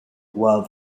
while